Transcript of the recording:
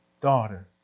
Daughter